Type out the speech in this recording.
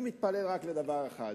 אני מתפלל רק לדבר אחד,